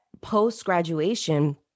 post-graduation